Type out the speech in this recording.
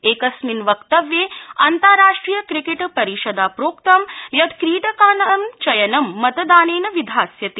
एकस्मिन् वक्तव्ये अन्ताराष्ट्रिय क्रिकेट् परिषदा प्रोक्त यत् क्रीडकाना चयन मतदानेन विधास्यते